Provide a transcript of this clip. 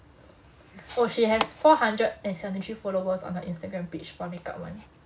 oh she has four hundred and seventy three followers on her instagram page for the makeup one